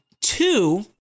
Two